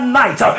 night